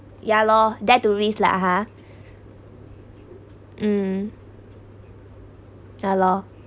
ya lor dare to risk lah ha mm yeah lor